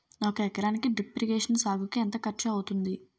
ఒక ఎకరానికి drip irrigation సాగుకు ఎంత ఖర్చు అవుతుంది?